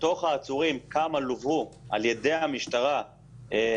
לעשות את זה באופן ידני זאת משימה שאני לא חושב שהמשטרה תוכל לעמוד בה,